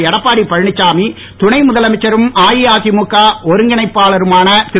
எடப்பாடி பழனிச்சாமி துணைமுதலமைச்சரும் அஇஅதிமுக ஒருங்கிணைப்பாளருமான திரு